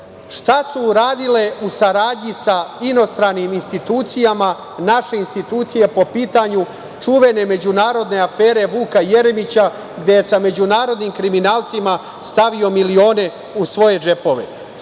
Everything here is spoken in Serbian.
Šta su uradile u saradnji sa inostranim institucijama naše institucije po pitanju čuvene međunarodne afere Vuka Jeremića, gde je sa međunarodnim kriminalcima stavio milione u svoje džepove? Takođe,